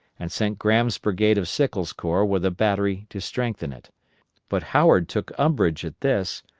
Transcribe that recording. and sent graham's brigade of sickles' corps with a battery to strengthen it but howard took umbrage at this,